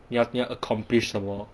你要你要 accomplish 什么